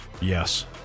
Yes